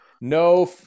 no